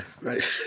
Right